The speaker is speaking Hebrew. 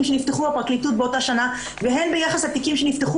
שנפתחו בפרקליטות באותה שנה והן ביחס לתיקים שנפתחו